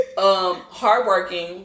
Hardworking